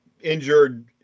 injured